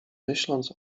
myśląc